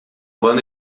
bando